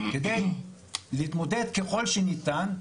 כדי להתמודד ככל שניתן,